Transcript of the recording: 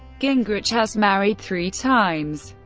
gingrich has married three times.